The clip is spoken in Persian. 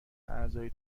اعضای